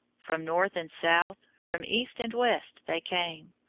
from north and south, from east and west, they came.